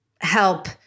help